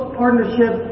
partnership